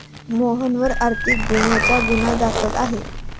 मोहनवर आर्थिक गुन्ह्याचा गुन्हा दाखल आहे